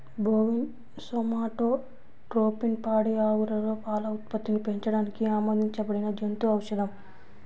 bovine somatotropin పాడి ఆవులలో పాల ఉత్పత్తిని పెంచడానికి ఆమోదించబడిన జంతు ఔషధం